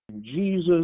Jesus